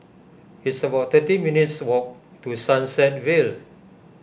it's about thirteen minutes' walk to Sunset Vale